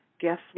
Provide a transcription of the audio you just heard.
guests